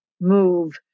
move